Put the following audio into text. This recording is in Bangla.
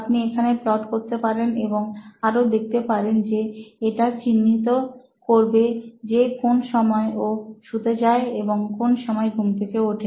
আপনি এখানে প্লট করতে পারেন এবং আরও দেখতে পারেন যে এটা চিহ্নিত করবে যে কোন সময় ও শুতে যায় এবং কোন সময় ঘুম থেকে ওঠে